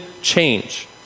change